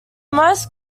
most